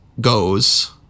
goes